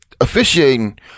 Officiating